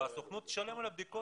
והסוכנות תשלם על הבדיקות האלה.